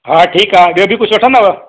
हा ठीकु आहे ॿियो बि कुझु वठंदव